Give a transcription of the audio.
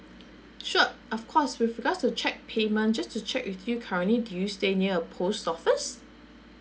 sure of course with regards to check payment just to check with you currently do you stay near a post office